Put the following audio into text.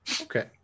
Okay